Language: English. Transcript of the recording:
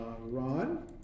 Ron